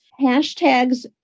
hashtags